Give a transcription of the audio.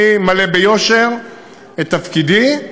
אני ממלא ביושר את תפקידי,